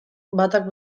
batak